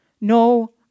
No